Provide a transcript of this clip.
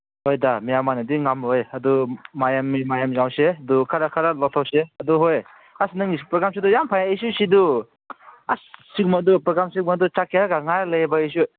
ꯍꯣꯏꯗ ꯃꯤ ꯑꯃꯅꯗꯤ ꯉꯝꯃꯣꯏ ꯑꯗꯣ ꯃꯌꯥꯝ ꯃꯤ ꯃꯌꯥꯝ ꯌꯥꯎꯁꯦ ꯑꯗꯣ ꯈꯔ ꯈꯔ ꯂꯧꯊꯣꯛꯁꯦ ꯑꯗꯨ ꯍꯣꯏ ꯑꯁ ꯅꯪꯒꯤ ꯄ꯭ꯔꯣꯒ꯭ꯔꯥꯝ ꯁꯤꯜꯂꯤꯗꯣ ꯌꯥꯝ ꯐꯩ ꯑꯩꯁꯨ ꯁꯤꯗꯨ ꯑꯁ ꯁꯤꯒꯨꯝꯕꯗꯣ ꯄ꯭ꯔꯣꯒ꯭ꯔꯥꯝ ꯁꯤꯟꯕꯗꯣ ꯆꯠꯀꯦ ꯍꯥꯏꯔꯒ ꯉꯥꯏꯔ ꯂꯩꯔꯦꯕ ꯑꯩꯁꯨ